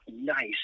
nice